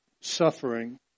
suffering